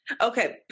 Okay